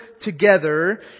together